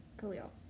Khalil